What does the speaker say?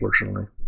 unfortunately